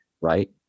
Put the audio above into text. right